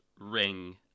Ring